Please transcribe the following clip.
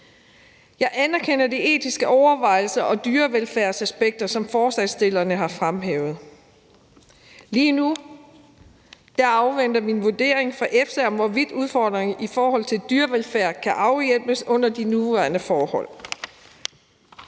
Jeg anerkender de etiske overvejelser og dyrevelfærdsmæssige aspekter, som forslagsstillerne har fremhævet. Lige nu afventer vi en vurdering fra EFSA af, hvorvidt udfordringerne med dyrevelfærd kan afhjælpes under de nuværende forhold.